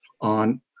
on